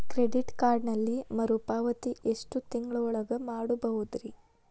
Credit ಕಾರ್ಡಿನಲ್ಲಿ ಮರುಪಾವತಿ ಎಷ್ಟು ತಿಂಗಳ ಒಳಗ ಮಾಡಬಹುದ್ರಿ?